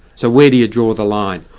so where do you draw the line?